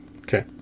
Okay